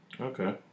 Okay